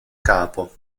capo